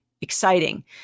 exciting